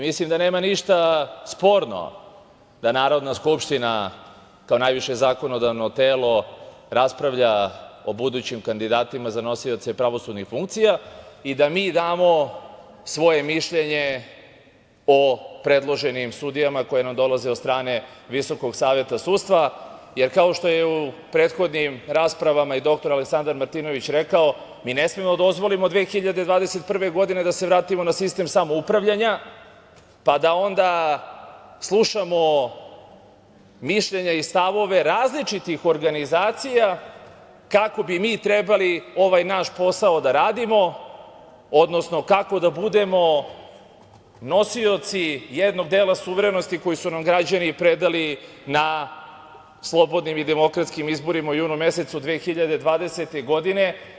Mislim da nema ništa sporno da Narodna skupština kao najviše zakonodavno telo raspravlja o budućim kandidatima za nosioce pravosudnih funkcija i da mi damo svoje mišljenje o predloženim sudijama koje nam dolaze od strane VSS, jer kao što je u prethodnim raspravama i dr Aleksandar Martinović rekao – mi ne smemo da dozvolimo 2021. godine da se vratimo na sistem samoupravljanja, pa da onda slušamo mišljenja i stavove različitih organizacija kako bi mi trebali ovaj naš posao da radimo, odnosno kako da budemo nosioci jednog dela suverenosti koju su nam građani predali na slobodnim i demokratskim izborima u junu mesecu 2020. godine.